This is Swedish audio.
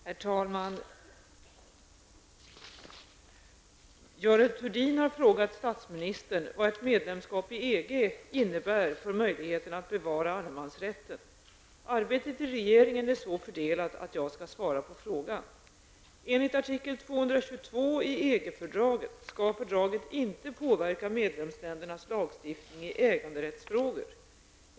Herr talman! Görel Thurdin har frågat statsministern vad ett medlemskap i EG innebär för möjligheterna att bevara allemansrätten. Arbetet i regeringen är så fördelat att jag skall svara på frågan. Enligt artikel 222 i EG-fördraget skall fördraget inte påverka medlemsländernas lagstiftning i äganderättsfrågor.